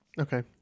Okay